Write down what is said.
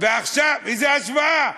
איזו השוואה.